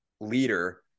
leader